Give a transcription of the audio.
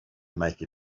make